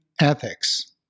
ethics